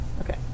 Okay